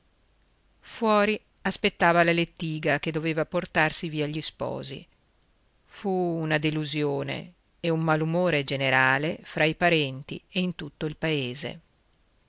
fuori aspettava la lettiga che doveva portarsi via gli sposi fu una delusione e un malumore generale fra i parenti e in tutto il paese